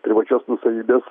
privačios nuosavybės